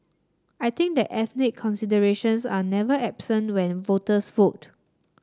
I think that ethnic considerations are never absent when voters vote